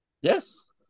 Yes